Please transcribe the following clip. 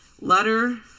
Letter